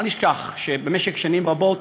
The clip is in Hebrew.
אל נשכח שבמשך שנים רבות,